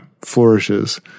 flourishes